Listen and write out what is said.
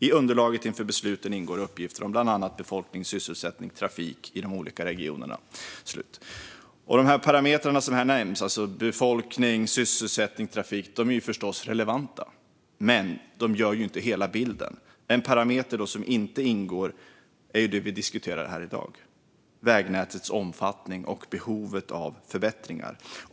I underlaget inför besluten ingår uppgifter om bland annat befolkning, sysselsättning och trafik i de olika regionerna." De parametrar som nämns - befolkning, sysselsättning och trafik - är förstås relevanta. Men de ger inte hela bilden. En parameter som inte ingår är det vi diskuterar här i dag: vägnätets omfattning och behovet av förbättringar.